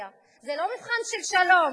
זה לא מבחן של דמוקרטיה, זה לא מבחן של שלום.